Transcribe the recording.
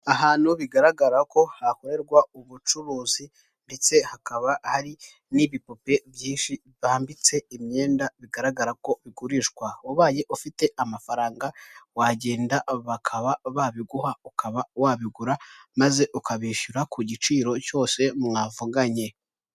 Ahantu bigaragara ko hakorerwa ubucuruzi ndetse hakaba hari n'ibipupe byambitse imyenda bigaragara ko ugurishwa ubaye ufite amafaranga wagenda bakaba babiguha ukaba wabigura maze ukabishyura ku giciro cyose mwavuganye.